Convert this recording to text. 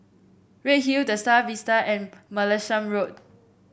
Redhill The Star Vista and Martlesham Road